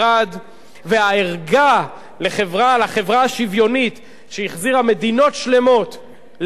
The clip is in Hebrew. והערגה לחברה השוויונית שהחזירה מדינות שלמות לימי הצנע.